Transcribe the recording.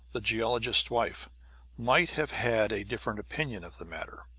the geologist's wife might have had a different opinion of the matter.